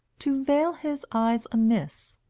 to veil his eyes amiss,